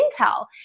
Intel